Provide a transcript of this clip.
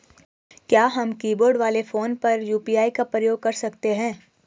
क्या हम कीबोर्ड वाले फोन पर यु.पी.आई का प्रयोग कर सकते हैं?